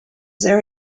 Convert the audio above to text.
there